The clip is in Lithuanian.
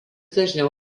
dažniau